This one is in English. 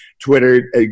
Twitter